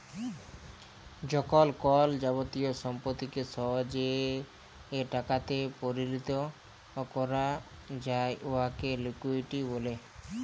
যখল কল যাবতীয় সম্পত্তিকে সহজে টাকাতে পরিলত ক্যরা যায় উয়াকে লিকুইডিটি ব্যলে